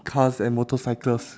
cars and motorcycles